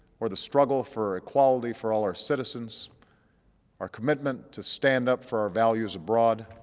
or the struggle for equality for all our citizens our commitment to stand up for our values abroad,